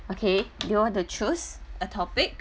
okay do you want to choose a topic